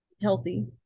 healthy